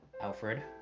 Alfred